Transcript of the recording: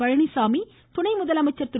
பழனிச்சாமி துணை முதலமைச்சா் திரு